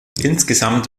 insgesamt